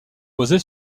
posée